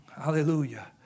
Hallelujah